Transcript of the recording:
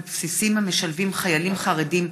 בבסיסים המשלבים חיילים חרדים,